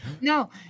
No